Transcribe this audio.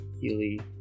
Healy